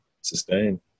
sustain